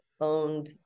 owned